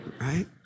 right